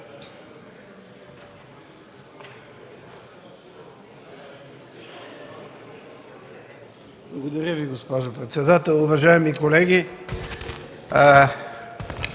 Благодаря, госпожо председател. Уважаеми колеги,